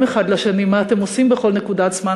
האחד לשני מה אתם עושים בכל נקודת זמן,